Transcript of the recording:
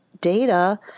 data